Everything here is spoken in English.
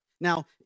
Now